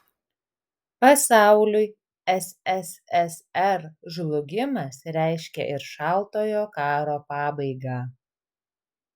pasauliui sssr žlugimas reiškė ir šaltojo karo pabaigą